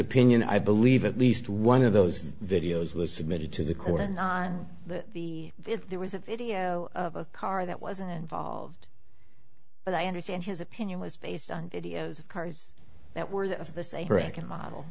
opinion i believe at least one of those videos was submitted to the court and on the if there was a video of a car that wasn't involved but i understand his opinion was based on videos of cars that were of the same bracket model